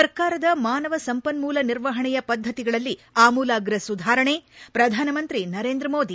ಸರ್ಕಾರದ ಮಾನವ ಸಂಪನ್ಮೂಲ ನಿರ್ವಹಣೆಯ ಪದ್ದತಿಗಳಲ್ಲಿ ಆಮೂಲಾಗ್ರ ಸುಧಾರಣೆ ಪ್ರಧಾನಮಂತ್ರಿ ನರೇಂದ್ರ ಮೋದಿ